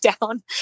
down